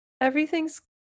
everything's